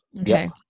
okay